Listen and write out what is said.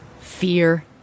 fear